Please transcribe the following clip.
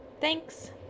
Thanks